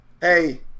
Hey